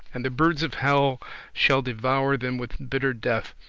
and the birds of hell shall devour them with bitter death,